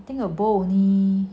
I think a bowl only